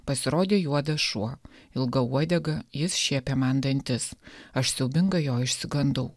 pasirodė juodas šuo ilga uodega jis šiepė man dantis aš siaubingai jo išsigandau